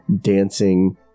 dancing